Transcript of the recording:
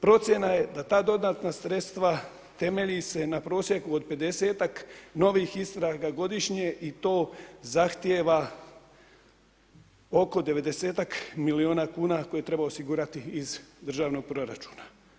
Procjena je da ta dodatna sredstva temelji se na prosjeku do 50-ak novih istraga godišnje i to zahtjeva oko 90-ak milijuna kuna koje treba osigurati iz državnog proračuna.